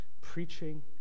preaching